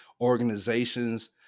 organizations